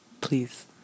Please